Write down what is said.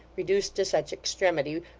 reduced to such extremity,